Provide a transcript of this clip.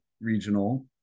regional